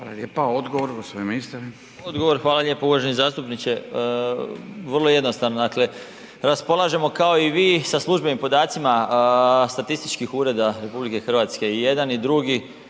Hvala lijepa. Odgovor gospodin ministar. **Marić, Zdravko** Hvala lijepa. Uvaženi zastupniče vrlo jednostavno, dakle raspolažemo kao i vi sa službenim podacima statističkih ureda RH. I jedan i drugi